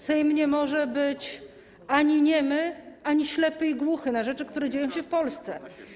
Sejm nie może być ani niemy, ani ślepy i głuchy na rzeczy, które dzieją się w Polsce.